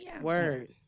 Word